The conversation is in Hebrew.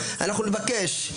אנחנו נבקש,